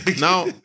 Now